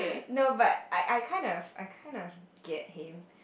no but I I kind of I kind of get him